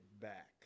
back